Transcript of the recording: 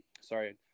sorry